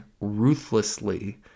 ruthlessly